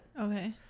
Okay